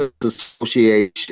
Association